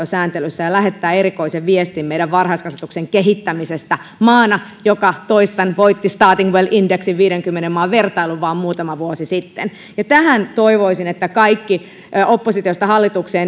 sääntelyssä ja se lähettää erikoisen viestin meidän varhaiskasvatuksemme kehittämisestä maana joka toistan voitti starting well indeksin viidenkymmenen maan vertailun vain muutama vuosi sitten tähän toivoisin että kaikki oppositiosta hallitukseen